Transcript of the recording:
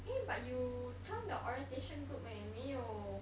eh but you joined the orientation group eh 没有